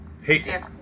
hey